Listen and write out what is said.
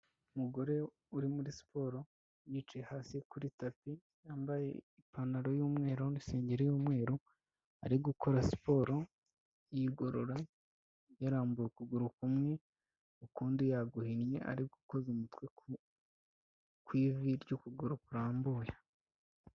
Umugore uri muri siporo yicaye hasi kuri tapi. Yambaye ipantaro y'umweru, n'isengeri y'umweru arigukora siporo yigorora. Yarambuye ukuguru kumwe ukundi yaguhinnye arigukoza umutwe ku ivi ry' ukuguru kurambuye.